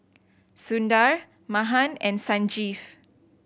Sundar Mahan and Sanjeev